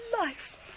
life